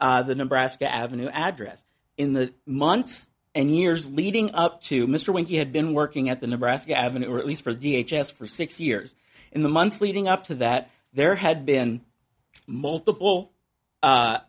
o the number ask the avenue address in the months and years leading up to mr wynn he had been working at the nebraska avenue at least for the h s for six years in the months leading up to that there had been multiple